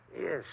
Yes